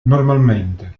normalmente